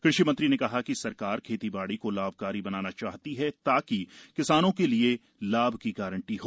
कृषि मंत्री ने कहा कि सरकार खेतीबाड़ी को लाभकारी बनाना चाहती हप्र ताकि किसानों के लिए लाभ की गारंटी हो